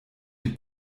die